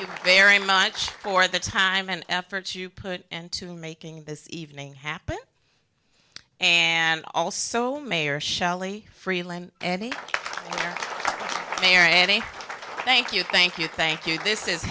you very much for the time and effort you put into making this evening happen and also mayor shelley freeland mayor thank you thank you thank you this is